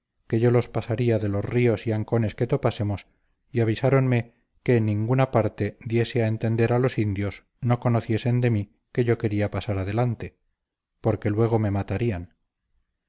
que yo los pasaría de los ríos y ancones que topásemos y avisáronme que en ninguna manera diese a entender a los indios no conociesen de mí que yo quería pasar adelante porque luego me matarían